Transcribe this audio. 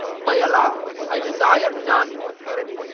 by allah, i desire none but her!